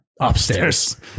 Upstairs